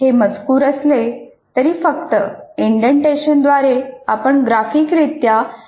हे मजकूर असले तरी फक्त इंडेंटेशनद्वारे आपण ग्राफिकरित्या माहितीचे आयोजन करत आहात